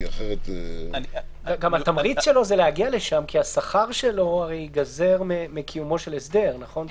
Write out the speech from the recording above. גם התמריץ שלו הוא להגיע לשם כי השכר שלו ייגזר מקיומו של הסדר אז